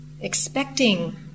expecting